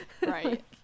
right